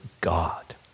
God